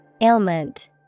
Ailment